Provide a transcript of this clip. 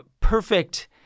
perfect